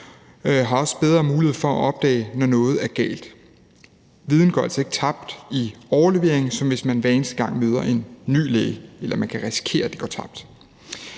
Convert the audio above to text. har også bedre mulighed for at opdage, når noget er galt. Viden går altså ikke i tabt i overleveringen, som hvis man hver eneste gang møder en ny læge, hvor viden risikerer at gå tabt.